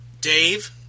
Dave